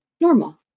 normal